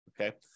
okay